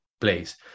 place